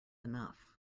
enough